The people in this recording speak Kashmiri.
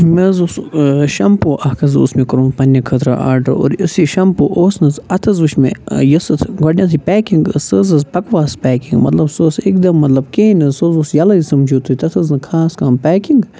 مےٚ حظ اوس شَمپوٗ اَکھ حظ اوس مےٚ کوٚرمُت پنٛنہِ خٲطرٕ آرڈَر اور یُس یہِ شَمپوٗ اوس نہ حظ اَتھ حظ وُچھ مےٚ یۄس اَتھ گۄڈٕنٮ۪تھٕے پیکِنٛگ ٲس سُہ حظ ٲس بکواس پیکِنٛگ مطلب سُہ اوس اَکہِ دۄہ مطلب کِہیٖنۍ نہٕ حظ سُہ حظ اوس ییٚلَے سَمجھِو تُہۍ تَتھ ٲس نہٕ خاص کانٛہہ پیکِنٛگ